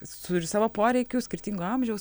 suri savo poreikių skirtingo amžiaus